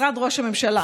משרד ראש הממשלה,